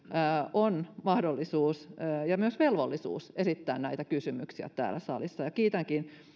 on mahdollisuus ja myös velvollisuus esittää näitä kysymyksiä täällä salissa kiitänkin